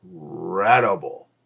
incredible